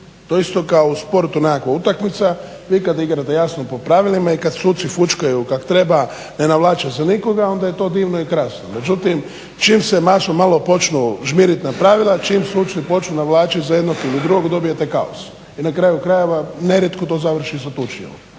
je isto kao u sportu nekakva utakmica, vi kada igrate jasno po pravilima i kada suci fućkaju kako treba ne navlače za nikoga onda je to divno i krasno. Međutim čim se … malo počnu žmiriti na pravila čim suci počnu navlačiti za jednog ili drugog dobijete kaos i na kraju krajeva nerijetko to završi sa tučnjavom.